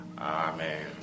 amen